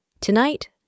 Tonight